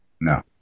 No